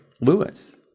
Lewis